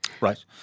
Right